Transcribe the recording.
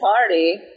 party